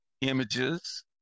images